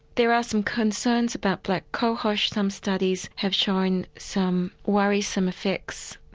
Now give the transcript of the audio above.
there are some concerns about black cohosh, some studies have shown some worrysome effects.